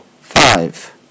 five